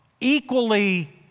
equally